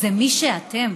זה מי שאתם.